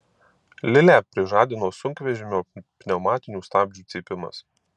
lilę prižadino sunkvežimio pneumatinių stabdžių cypimas